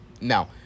now